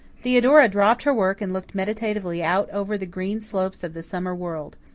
theodora dropped her work and looked meditatively out over the green slopes of the summer world.